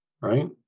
right